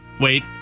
wait